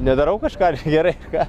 nedarau kažką ir gerai ką